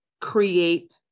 create